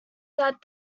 that